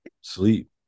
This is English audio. sleep